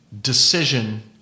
decision